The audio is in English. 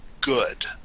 good